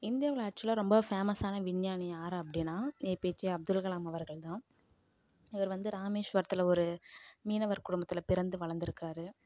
இந்தியாவில் ஆக்சுவலாக ரொம்ப ஃபேமஸான விஞ்ஞானி யாரு அப்பிடின்னா ஏபிஜே அப்துல் கலாம் அவர்கள் தான் இவர் வந்து ராமேஷ்வரத்தில் ஒரு மீனவர் குடும்பத்தில் பிறந்து வளர்ந்துருக்குறாரு